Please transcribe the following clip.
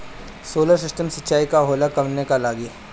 Solar system सिचाई का होला कवने ला लागी?